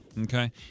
Okay